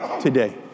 today